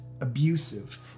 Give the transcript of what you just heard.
abusive